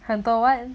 很多 what